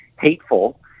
hateful